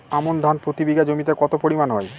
আমন ধান প্রতি বিঘা জমিতে কতো পরিমাণ হয়?